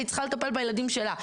היא צריכה לטפל בילדים שלה,